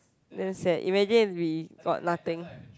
damn sad imagine if we got nothing